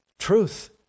truth